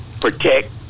protect